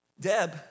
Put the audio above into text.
Deb